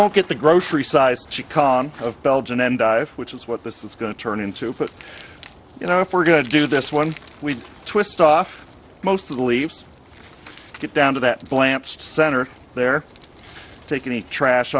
won't get the grocery size column of belgian end which is what this is going to turn into but you know if we're going to do this one we'd twist off most of the leaves get down to that plant center there take any trash